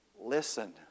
listen